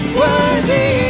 worthy